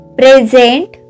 present